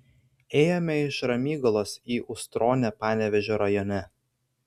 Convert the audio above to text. ėjome iš ramygalos į ustronę panevėžio rajone